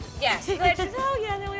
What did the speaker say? Yes